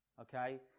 Okay